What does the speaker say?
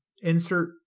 Insert